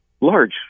Large